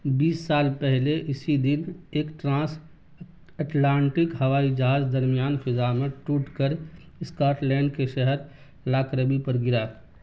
بیس سال پہلے اسی دن ایک ٹرانس اٹلانٹک ہوائی جہاز درمیان فضا میں ٹوٹ کر اسکاٹ لینڈ کے شہر لاکربی پر گرا